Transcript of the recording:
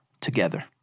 together